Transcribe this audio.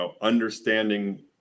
understanding